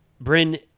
Bryn